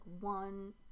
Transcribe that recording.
one